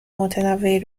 متنوعی